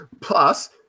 Plus